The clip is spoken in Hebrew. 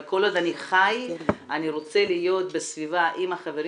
אבל כל עוד אני חי אני רוצה להיות בסביבה עם החברים